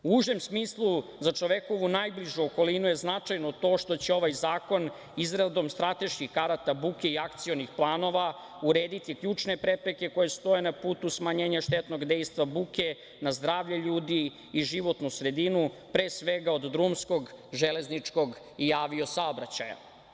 U užem smislu, za čovekovu najbližu okolinu je značajno to što će ovaj zakon izradom strateških karata buke i akcionih planova urediti ključne prepreke koje stoje na putu smanjenja štetnog dejstva buke, na zdravlje ljudi i životnu sredinu, pre svega od drumskog, železničkog i avio saobraćaja.